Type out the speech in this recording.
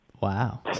Wow